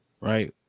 right